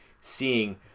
seeing